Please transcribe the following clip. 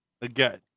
again